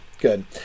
good